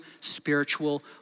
spiritual